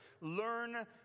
Learn